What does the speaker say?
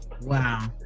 wow